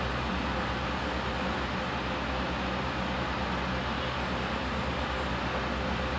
but what did you do though like like what he ask you to do for ya like O level art eh no N N level